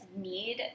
need